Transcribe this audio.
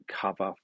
cover